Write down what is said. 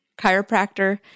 chiropractor